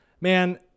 man